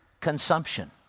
consumption